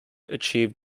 achieved